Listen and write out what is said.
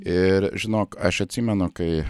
ir žinok aš atsimenu kai